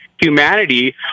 humanity